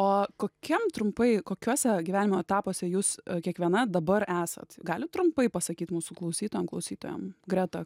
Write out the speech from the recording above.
o kokiam trumpai kokiuose gyvenimo etapuose jūs kiekviena dabar esat galit trumpai pasakyt mūsų klausytojam klausytojom greta